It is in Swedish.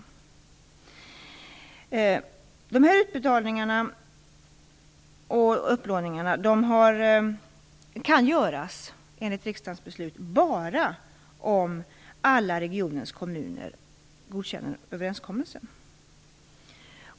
Dessa utbetalningar och upplåningar kan enligt riksdagsbeslutet göras bara om alla regionens kommuner godkänner överenskommelsen.